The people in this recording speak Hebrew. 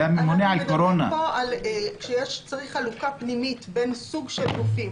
אנחנו מדברים פה שצריך חלוקה פנימית בין סוג של גופים.